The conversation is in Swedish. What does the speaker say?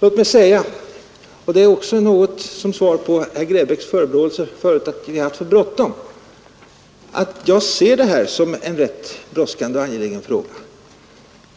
Låt mig säga — i någon mån som ett bemötande av herr Grebäcks förebråelser att vi har haft för bråttom — att jag ser det här som en rätt brådskande och angelägen fråga